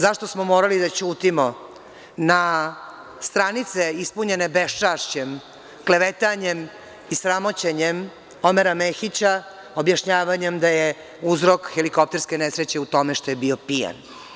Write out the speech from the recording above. Zašto smo morali da ćutimo na stranice ispunjene beščašćem, klevetanjem i sramoćenjem Omera Mehića, objašnjavanjem da je uzrok helikopterske nesreće u tome što je bio pijan?